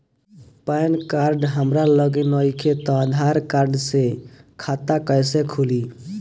Pan card हमरा लगे नईखे त आधार कार्ड से खाता कैसे खुली?